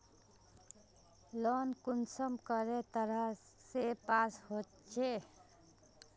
Loan कुंसम करे तरह से पास होचए?